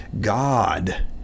God